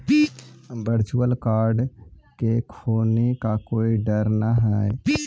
virtual card के खोने का कोई डर न हई